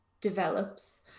develops